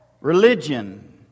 religion